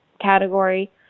category